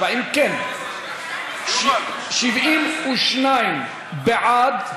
אם כן, 72 בעד,